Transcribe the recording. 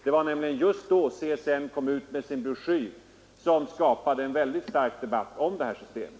Det var nämligen det året CSN gav ut en broschyr, som skapade en väldigt häftig debatt om det här systemet.